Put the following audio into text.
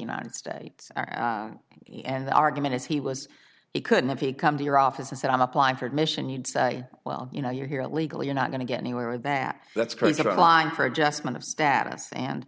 united states and the argument is he was he couldn't have come to your office and said i'm applying for admission you'd say well you know you're here illegally you not going to get anywhere that that's president line for adjustment of status and